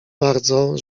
bardzo